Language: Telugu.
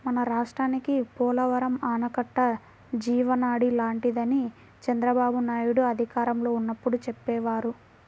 మన రాష్ట్రానికి పోలవరం ఆనకట్ట జీవనాడి లాంటిదని చంద్రబాబునాయుడు అధికారంలో ఉన్నప్పుడు చెప్పేవారు